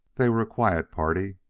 they were a quiet party,